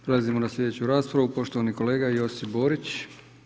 Prelazimo na sljedeću raspravu, poštovani kolega Josip Borić.